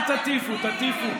אל תטיפו, אל תטיפו.